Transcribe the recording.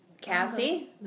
Cassie